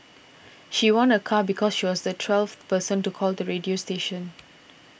she won a car because she was the twelfth person to call the radio station